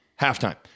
halftime